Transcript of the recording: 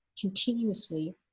continuously